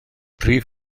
prif